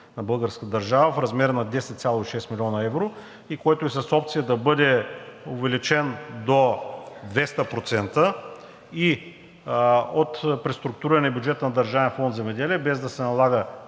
на българската държава в размер на 10,6 млн. евро и който е с опция да бъде увеличен до 200%, и от преструктурирания бюджет на Държавен фонд „Земеделие“, без да се налага